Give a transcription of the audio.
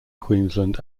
queensland